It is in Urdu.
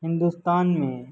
ہندوستان میں